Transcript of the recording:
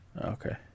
Okay